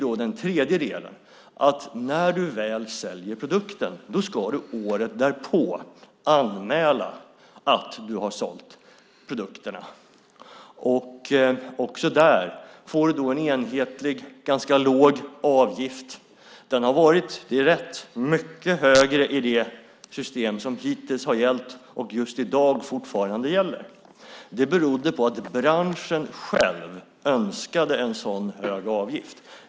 Den tredje delen är att när du väl sålt produkterna ska du året därpå anmäla att du har sålt dem. Också där får du då en enhetlig ganska låg avgift. Den har varit, det är rätt, mycket högre i det system som hittills har gällt och i dag fortfarande gäller. Det beror på att branschen själv önskade en sådan hög avgift.